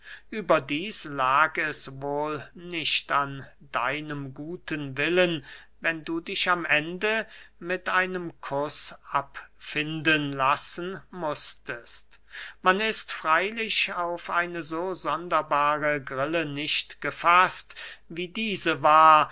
überdieß lag es wohl nicht an deinem guten willen wenn du dich am ende mit einem kuß abfinden lassen mußtest man ist freylich auf eine so sonderbare grille nicht gefaßt wie diese war